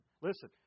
Listen